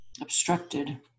obstructed